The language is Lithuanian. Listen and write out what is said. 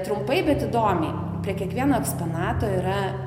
trumpai bet įdomiai prie kiekvieno eksponato yra